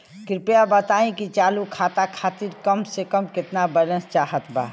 कृपया बताई कि चालू खाता खातिर कम से कम केतना बैलैंस चाहत बा